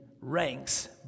ranks